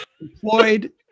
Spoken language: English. employed